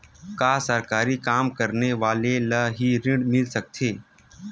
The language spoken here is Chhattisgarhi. का सरकारी काम करने वाले ल हि ऋण मिल सकथे?